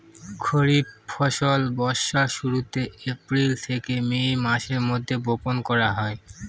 খরিফ ফসল বর্ষার শুরুতে, এপ্রিল থেকে মে মাসের মধ্যে, বপন করা হয়